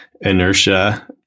inertia